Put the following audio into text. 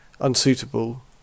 unsuitable